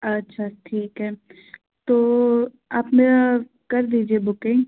अच्छा ठीक है तो आप मेरा कर दीजिए बुकिंग